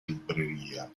libreria